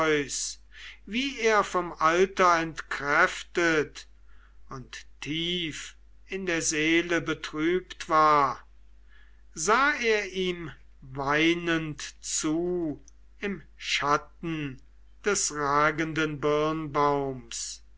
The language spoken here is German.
wie er vom alter entkräftet und tief in der seele betrübt war sah er ihm weinend zu im schatten des ragenden